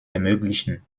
ermöglichen